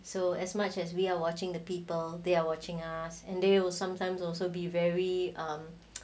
so as much as we are watching the people they are watching us and they will sometimes also be very um